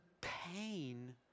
pain